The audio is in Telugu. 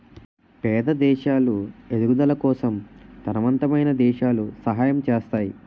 పేద దేశాలు ఎదుగుదల కోసం తనవంతమైన దేశాలు సహాయం చేస్తాయి